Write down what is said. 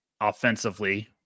offensively